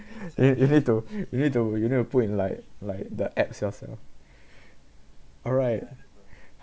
you you need to you need to you need to put in like like the axe yourself alright